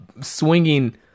swinging